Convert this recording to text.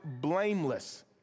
blameless